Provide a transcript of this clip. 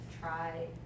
try